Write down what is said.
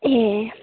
ए